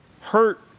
hurt